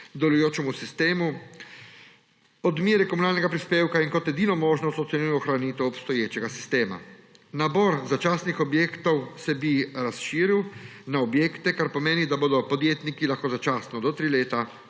nasprotujejo sistemu odmere komunalnega prispevka in kot edino možnost ocenjujejo ohranitev obstoječega sistema. Nabor začasnih objektov bi se razširil na objekte, kar pomeni, da bodo podjetniki lahko začasno, do tri leta,